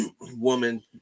woman